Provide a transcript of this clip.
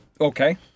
Okay